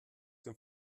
den